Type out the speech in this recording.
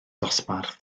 dosbarth